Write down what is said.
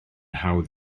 hawdd